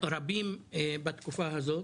רבים בתקופה הזאת,